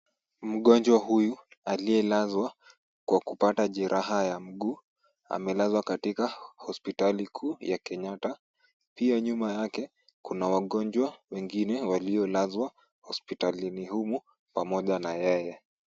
Mgonjwa huyu, aliyelazwa kwa kupata jeraha ya mguu amelazwa katika hospitali kuu ya Kenyatta pia nyuma yake kuna waginjwa waliolazwa hospitali humo pamoja na yeye.